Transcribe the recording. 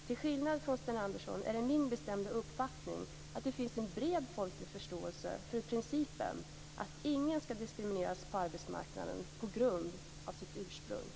Till skillnad från Sten Andersson har jag den bestämda uppfattningen att det finns en bred folklig förståelse för principen att ingen skall diskrimineras på arbetsmarknaden på grund av sitt ursprung.